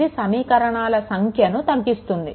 ఇది సమీకరణాల సంఖ్య తగ్గిస్తుంది